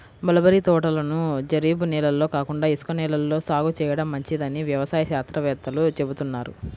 mulberry తోటలను జరీబు నేలల్లో కాకుండా ఇసుక నేలల్లో సాగు చేయడం మంచిదని వ్యవసాయ శాస్త్రవేత్తలు చెబుతున్నారు